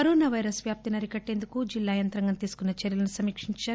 corona virus వ్యాప్తిని అరికట్టేందుకు జిల్లా యంత్రాంగం తీసుకున్న చర్యలను సమీక్షించారు